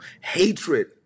Hatred